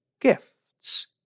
gifts